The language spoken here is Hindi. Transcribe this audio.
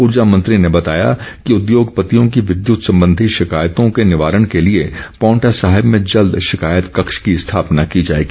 ऊर्जा मंत्री ने बताया कि उद्योगपतियों की विद्यत संबंधी शिकायतों के निवारण के लिए पांवटा साहिब में जल्द शिकायत कक्ष की स्थापना की जाएगी